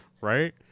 Right